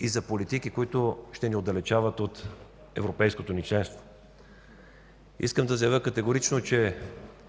и за политики, които ще ни отдалечават от европейското ни членство. Искам да заявя категорично, че